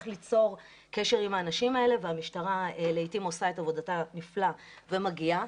ליצור קשר עם האנשים האלה והמשטרה לעתים עושה את עבודתה נפלא ומגיעה.